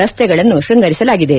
ರಸ್ತೆಗಳನ್ನು ಶ್ವಂಗರಿಸಲಾಗಿದೆ